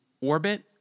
orbit